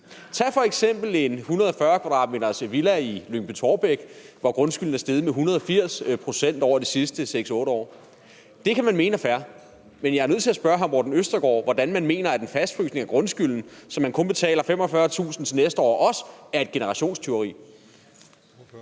Tag f.eks. en 140 m² villa i Lyngby-Taarbæk, hvor grundskylden er steget med 180 pct. over de sidste 6-8 år. Det kan man mene er fair, men jeg er nødt til at spørge hr. Morten Østergaard, hvordan man mener, at en fastfrysning af grundskylden, så man også til næste år kun betaler 45.000 kr., er et generationstyveri.